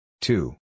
Two